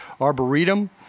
Arboretum